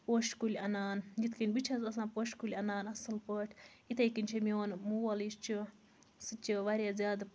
پوشہِ کُلۍ اَنان یِتھٕ کٔنۍ بہٕ چھَس آسان پوشہٕ کُلۍ اَنان اَصٕل پٲٹھۍ یِتھے کٔنۍ یُس میوٚن مول یُس چھُ سُہ چھُ واریاہ زیادٕ